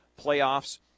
playoffs